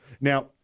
Now